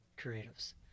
creatives